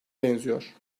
benziyor